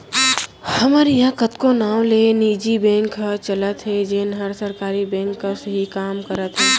हमर इहॉं कतको नांव ले निजी बेंक ह चलत हे जेन हर सरकारी बेंक कस ही काम करत हे